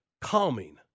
calming